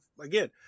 Again